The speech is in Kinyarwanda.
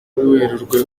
werurwe